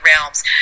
realms